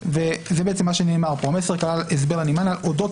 זה בעצם מה שנאמר פה: המסר כלל הסבר לנמען על אודות